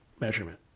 measurement